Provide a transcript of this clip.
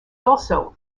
also